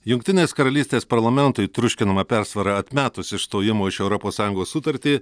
jungtinės karalystės parlamentui triuškinama persvara atmetus išstojimo iš europos sąjungos sutartį